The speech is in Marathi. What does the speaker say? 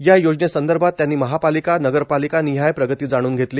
या योजने संदर्भात त्यांनी महापालिका नगरपालिका निहाय प्रगती जाणून घेतली